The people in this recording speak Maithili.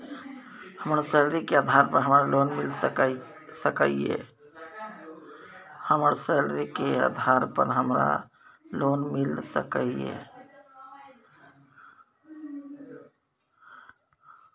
हमर सैलरी के आधार पर हमरा लोन मिल सके ये?